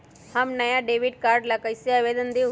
हम नया debit card ला कईसे आवेदन दिउ?